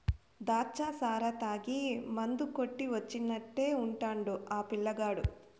దాచ్చా సారా తాగి మందు కొట్టి వచ్చినట్టే ఉండాడు ఆ పిల్లగాడు